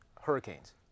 hurricanes